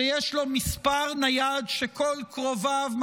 שיש לו מספר נייד שכל קרוביו,